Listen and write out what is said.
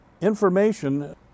information